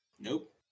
nope